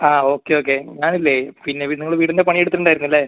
ആ okay okay ഞാൻ ഇല്ലേ പിന്നെ വീട് നിങ്ങൾ വീടിൻ്റെ പണി എടുത്തിട്ടുണ്ടായിരുന്നില്ലേ